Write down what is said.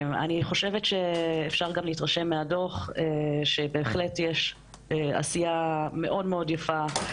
אני חושבת שאפשר גם להתרשם מהדוח שבהחלט יש עשייה מאוד מאוד יפה,